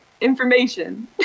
information